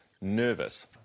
nervous